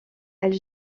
elle